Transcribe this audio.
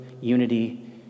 unity